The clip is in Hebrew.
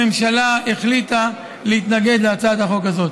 הממשלה החליטה להתנגד להצעת החוק הזאת.